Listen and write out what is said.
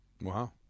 Wow